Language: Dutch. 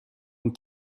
een